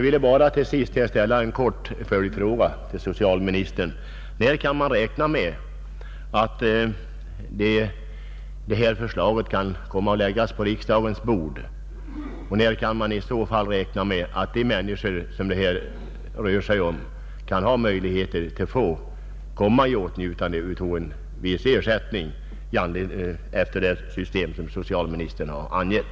Till sist vill jag bara ställa en kort följdfråga till socialministern: När kan detta förslag läggas på riksdagens bord, och när kan man i så fall räkna med att de människor det här gäller får möjligheter att komma i åtnjutande av viss ersättning efter det system som socialministern har angivit?